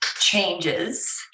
changes